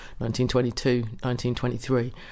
1922-1923